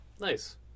Nice